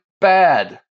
Bad